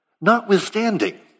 Notwithstanding